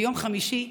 ביום חמישי,